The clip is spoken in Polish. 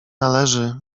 należy